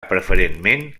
preferentment